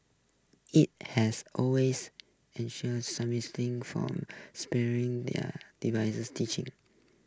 it has always ensures from sparing their divisive teachings